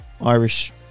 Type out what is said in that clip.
Irish